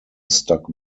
stuck